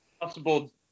possible